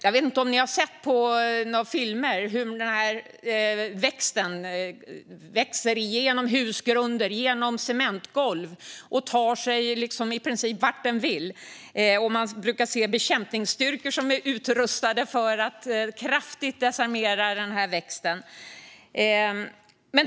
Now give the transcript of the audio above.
Jag vet inte om ni kanske har sett filmer på hur den här växten växer genom husgrunder och cementgolv och tar sig i princip vart den vill. Man brukar se bekämpningsstyrkor som är utrustade för att kraftigt desarmera den här växten.